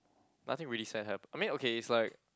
nothing really sad happen I mean okay is like